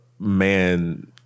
Man